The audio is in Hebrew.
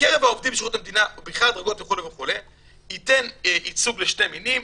"בקרב העובדים בשירות המדינה --- ייתן ייצוג לשני המינים,